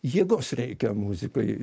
jėgos reikia muzikoj